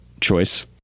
choice